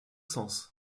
sens